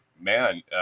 man